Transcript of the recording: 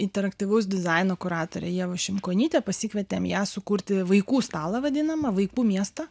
interaktyvaus dizaino kuratore ieva šimkonyte pasikvietėm ją sukurti vaikų stalą vadinamą vaikų miestą